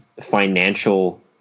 financial